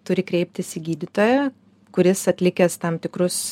turi kreiptis į gydytoją kuris atlikęs tam tikrus